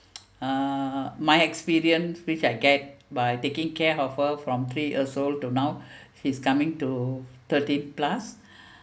uh my experience which I get by taking care of her from three years old to now she's coming to thirty plus